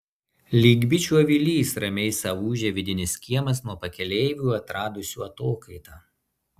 lyg bičių avilys ramiai sau ūžia vidinis kiemas nuo pakeleivių atradusių atokaitą